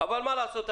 אבל מה לעשות?